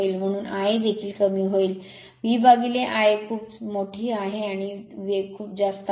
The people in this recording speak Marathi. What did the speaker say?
म्हणून Ia देखील कमी होईल V Iaखूप मोठी आहे आणि वेग खूप जास्त आहे